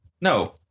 No